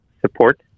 support